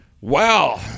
Wow